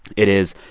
it is,